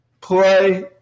play